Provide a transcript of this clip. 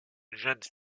jeune